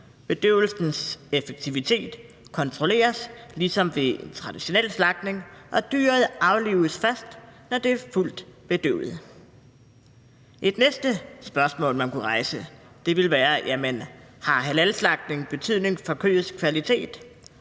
Bedøvelsens effektivitet kontrolleres ligesom ved traditionel slagtning, og dyret aflives, først når det er fuldt bedøvet. For det andet kunne man stille spørgsmålet: Har halalslagtning betydning for kødets kvalitet?